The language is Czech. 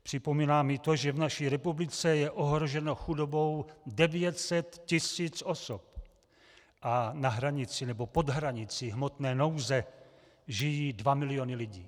Připomínám i to, že v naší republice je ohroženo chudobou 900 tisíc osob a na hranici nebo pod hranicí hmotné nouze žijí 2 miliony lidí.